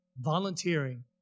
volunteering